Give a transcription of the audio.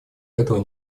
этого